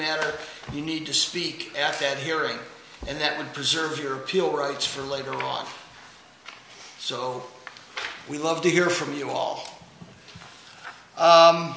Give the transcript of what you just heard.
manner you need to speak at that hearing and that would preserve your appeal rights for later on so we'd love to hear from you all